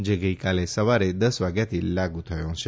જે ગઈકાલે સવારે દસ વાગ્યાથી લાગુ થયો છે